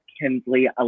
kinsley